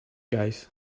guys